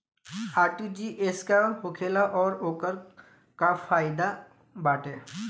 RTGS का होखेला और ओकर का फाइदा बाटे?